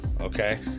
Okay